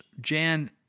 Jan